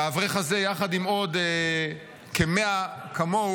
והאברך הזה, יחד עם עוד כ-100 כמוהו,